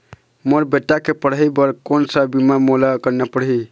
मोर बेटा के पढ़ई बर कोन सा बीमा मोला करना पढ़ही?